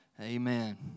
Amen